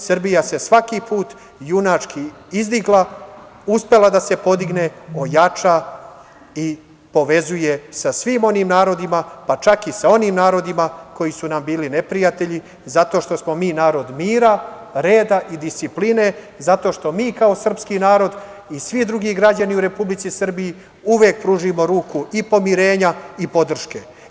Srbija je svaki put junački izdigla, uspela da se podigne, ojača i povezuje sa svim onim narodima, pa čak i sa onim narodima koji su nam bili neprijatelji, zato što smo mi narod mira, reda i discipline, zato što mi kao srpski narod i svi drugi građani u Republici Srbiji uvek pružimo ruku i pomirenja i podrške.